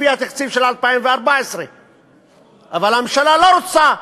לפי התקציב של 2014. אבל הממשלה לא רוצה.